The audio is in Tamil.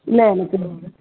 இல்லை எனக்கு